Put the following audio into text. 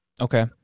Okay